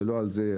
ולא על זה,